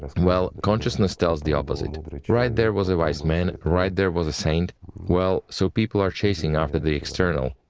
well, consciousness tells the opposite right right there was a wise man, right there was a saint well. so people are chasing after the external,